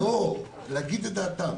להגיד את דעתם.